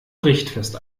richtfest